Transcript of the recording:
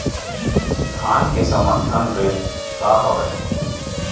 धान के समर्थन रेट का हवाय?